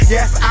Yes